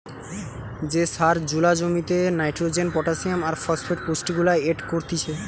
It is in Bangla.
যে সার জুলা জমিতে নাইট্রোজেন, পটাসিয়াম আর ফসফেট পুষ্টিগুলা এড করতিছে